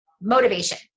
Motivation